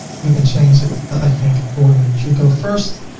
you can change it. i think women should go first.